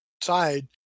side